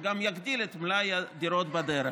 זה גם יגדיל את מלאי הדירות בדרך.